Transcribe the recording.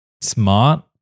smart